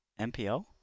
MPO